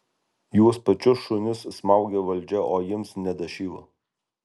juos pačius šunis smaugia valdžia o jiems nedašyla